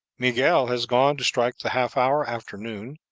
miguel has gone to strike the half-hour afternoon.